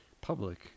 public